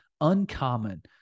Uncommon